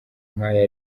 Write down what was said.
nk’aya